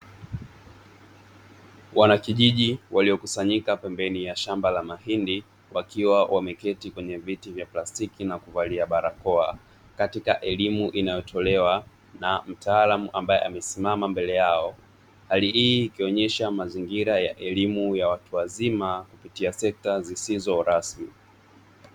Wanakijiji waliokusanyika pembeni ya shamba la mahindi, wakiwa wameketi kwenye viti vya plastiki na kuvalia barakoa; katika elimu inayotolewa na mtaalamu ambaye amesimama mbele yao. Hali hii ikionyesha mazingira ya elimu ya watu wazima, kupitia sekta zisizo rasmi.